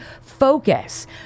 focus